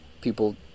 people